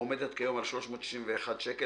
העומדת כיום על סכום של 361 ₪.